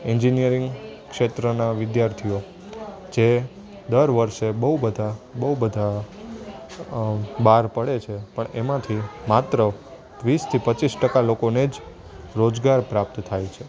engineering ક્ષેત્રના વિધાર્થીઓ જે દર વર્ષે બહુ બધા બહુ બધા બાર પડે છે પણ એમાંથી માત્ર વીસથી પચ્ચીસ ટકા લોકોને જ રોજગાર પ્રાપ્ત થાય છે